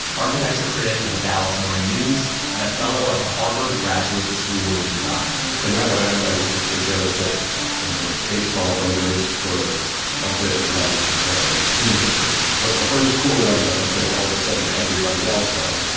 and architecture critic at the dallas morning news and a fellow at the harvard graduate school of design in that way, i'd always like like to joke that baseball owners were a bit like ah teenagers. what the first cool one does, then all of a sudden everybody else does.